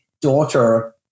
daughter